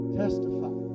testify